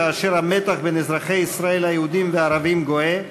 כאשר המתח בין אזרחי ישראל היהודים והערבים גואה,